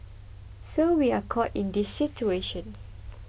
so we are caught in this situation